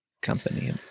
company